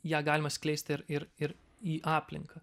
ją galima skleist ir ir ir į aplinką